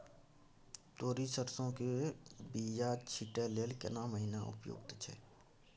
तोरी, सरसो के बीया छींटै लेल केना महीना उपयुक्त छै?